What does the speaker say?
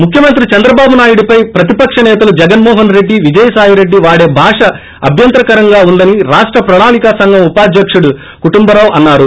ముఖ్యమంత్రి చంద్రబాబు నాయుడు పై ప్రతిపక్ష సేతలు జగన్మోహన్ రెడ్డి విజయసాయిరెడ్డి వాడే భాష అభ్యంతరకరంగా ఉందని రాష్ట ప్రణాళిక సంఘం ఉపాధ్యకుడు కుటుంబరావు అన్నారు